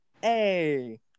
Hey